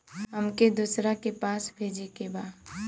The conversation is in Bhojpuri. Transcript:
हमके दोसरा के पैसा भेजे के बा?